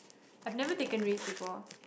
I had never taken risk before